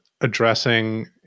addressing